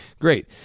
great